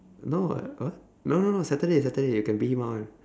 no what uh no saturday saturday you can beat him up [one]